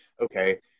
okay